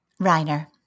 Reiner